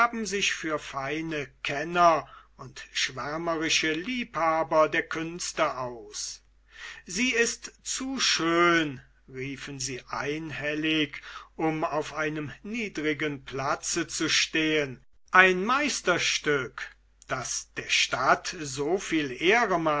sich für feine kenner und schwärmerische liebhaber der künste aus sie ist zu schön riefen sie einhellig um auf einem niedrigen platze zu stehen ein meisterstück das der stadt so viel ehre